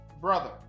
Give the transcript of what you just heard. Brother